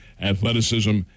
athleticism